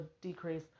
decrease